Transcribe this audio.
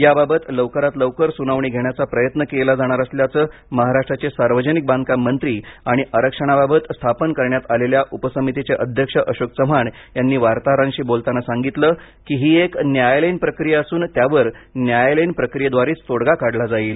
याबाबत लवकरात लवकर सुनावणी घेण्याचा प्रयत्न केला जाणार असल्याचं महाराष्ट्राचे सार्वजनिक बांधकाम मंत्री आणि आरक्षणाबाबत स्थापन करण्यात आलेल्या उपसमितीचे अध्यक्ष अशोक चव्हाण यांनी वार्ताहरांशी बोलताना सांगितलं की ही एक न्यायालयीन प्रक्रिया असून त्यावर न्यायालयीन प्रक्रियेद्वारेच तोडगा काढला जाईल